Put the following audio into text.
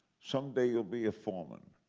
someday you'll be a foreman.